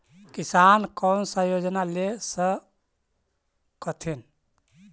किसान कोन सा योजना ले स कथीन?